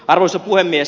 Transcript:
arvoisa puhemies